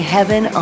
Heaven